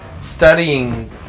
studying